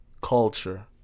Culture